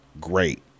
great